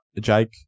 Jake